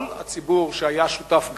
כל הציבור שהיה שותף,